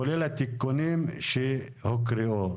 כולל התיקונים שהוקראו.